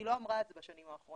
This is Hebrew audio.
והיא לא אמרה את זה בשנים האחרונות.